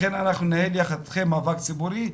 לכן אנחנו ננהל יחד אתכם מאבק ציבורי,